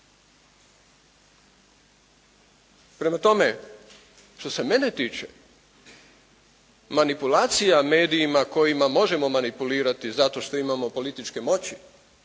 Prema tome, što se mene tiče manipulacija medijima kojima možemo manipulirati zato što imamo političke moći